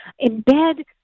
Embed